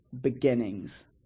beginnings